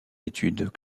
études